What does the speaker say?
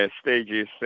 stages